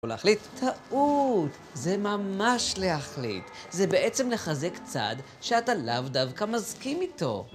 טעות! זה ממש להחליט. זה בעצם לחזק צד שאתה לאו דווקא מסכים איתו.